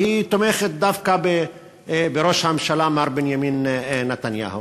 והיא תומכת דווקא בראש הממשלה מר בנימין נתניהו,